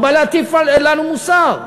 הוא בא להטיף לנו מוסר.